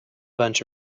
bunch